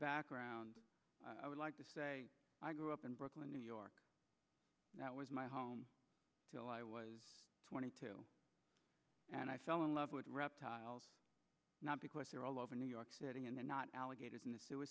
background i would like to say i grew up in brooklyn new york that was my home till i was twenty two and i fell in love with reptiles not because they're all over new york sitting and they're not alligators in the sewer